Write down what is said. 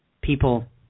people